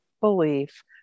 belief